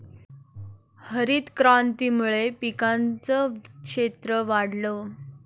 हरितक्रांतीमुळे पिकांचं क्षेत्र वाढलं